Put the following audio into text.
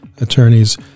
attorneys